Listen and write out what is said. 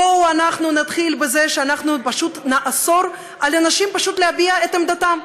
בואו נתחיל בזה שנאסור פשוט על אנשים להביע את עמדתם.